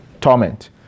torment